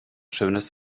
schönes